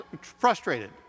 frustrated